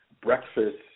breakfast